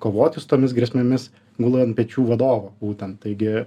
kovoti su tomis grėsmėmis gula ant pečių vadovo būtent taigi